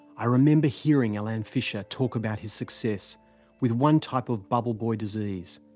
i remember hearing alain fischer talk about his success with one type of bubble boy disease.